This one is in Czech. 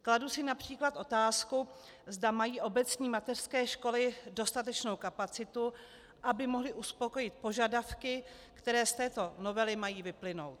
Kladu si například otázku, zda mají obecní mateřské školy dostatečnou kapacitu, aby mohly uspokojit požadavky, které z této novely mají vyplynout.